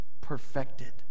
perfected